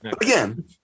Again